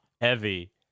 heavy